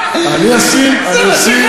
תמונה שלך הוא ישים.